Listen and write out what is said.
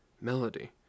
Melody